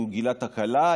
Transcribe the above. הוא גילה תקלה,